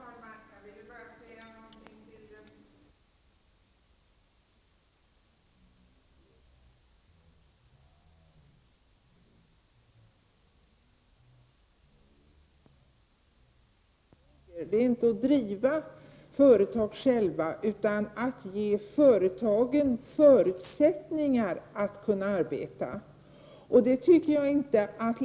Herr talman! Jag vill bara säga något till Gunnar Nilsson om reservation 9. Jag tycker den är ett bra exempel på tesen att politikers uppgift inte är att själva driva företag, utan att ge företagen förutsättningar att arbeta.